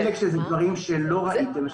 יש בה דברים שלא ראיתם.